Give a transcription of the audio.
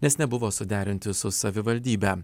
nes nebuvo suderinti su savivaldybe